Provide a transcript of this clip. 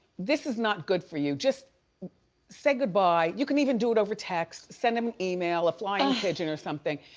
this is not good for you, just say goodbye. you can even do it over texts. send him an email, a flying pigeon or something.